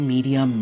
Media